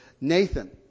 nathan